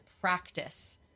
practice